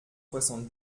soixante